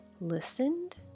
listened